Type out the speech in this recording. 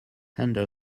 under